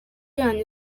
yanyu